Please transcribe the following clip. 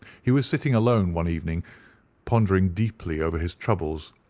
he was sitting alone one evening pondering deeply over his troubles,